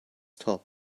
top